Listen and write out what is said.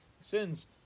sins